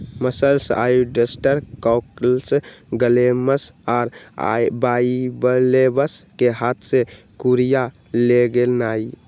mussels, oyster, cockles, clams आ bivalves कें हाथ से कूरिया लगेनाइ